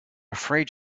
afraid